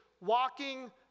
walking